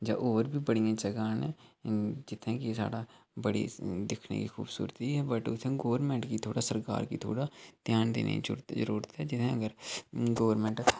होर बी बडियां जगहं् न जित्थै कि साढ़ा बड़ी दिक्खने गी खूबसूरती ऐ बट उत्थै गवर्नमेंट गी थोह्ड़ा सरकार गी थोह्ड़ा घ्यान देने दी जरुरत ऐ जेहदे अगर गवर्नमेंट